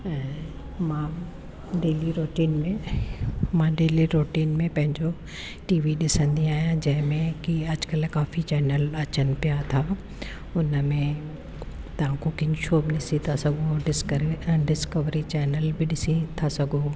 ऐं मां daily routine daily routine में मां डेली रुटीन में पंहिंजो टीवी ॾिसंदा आहियां जंहिंमें की अॼुकल्ह काफ़ी चैनल अचनि पिया था उनमें तव्हां कुकिंग शो बि ॾिसी था सघो डिस्कर्वी डिसकवरी चैनल बि ॾिसी था सघो